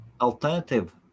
alternative